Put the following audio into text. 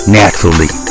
naturally